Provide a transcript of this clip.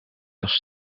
als